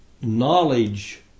knowledge